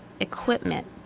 equipment